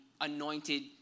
anointed